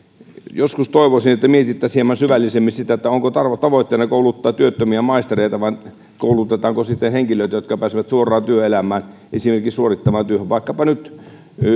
joskus toivoisin että mietittäisiin hieman syvällisemmin sitä onko tavoitteena kouluttaa työttömiä maistereita vai koulutetaanko sitten henkilöitä jotka pääsevät suoraan työelämään esimerkiksi suorittavaan työhön vaikkapa nyt